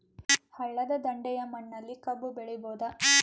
ಹಳ್ಳದ ದಂಡೆಯ ಮಣ್ಣಲ್ಲಿ ಕಬ್ಬು ಬೆಳಿಬೋದ?